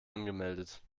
angemeldet